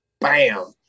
bam